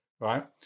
right